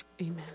amen